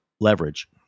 leverage